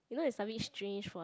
you know it's a bit strange for like